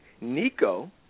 Nico